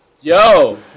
Yo